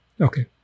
Okay